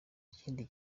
kindi